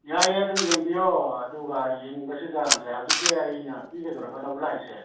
ꯌꯥꯏꯌꯦ ꯑꯗꯨ ꯌꯦꯡꯕꯤꯌꯣ ꯑꯗꯨꯒ ꯌꯦꯡꯕꯁꯤꯗ ꯉꯁꯥꯏ ꯍꯧꯖꯤꯛꯀꯤ ꯑꯩꯅ ꯄꯤꯒꯗꯣꯔꯤꯕ ꯑꯅꯧꯕ ꯂꯥꯛꯏꯁꯦ